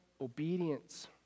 obedience